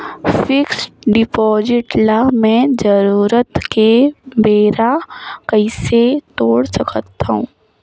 Fixed deposit ल मैं जरूरत के बेरा कइसे तोड़ सकथव?